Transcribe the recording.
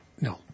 no